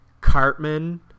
Cartman